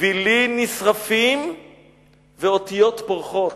גווילים נשרפים ואותיות פורחות.